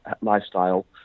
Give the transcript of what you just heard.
lifestyle